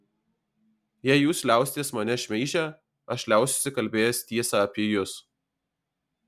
jei jūs liausitės mane šmeižę aš liausiuosi kalbėjęs tiesą apie jus